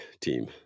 team